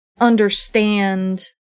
understand